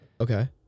Okay